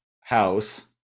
house